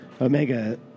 Omega